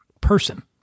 person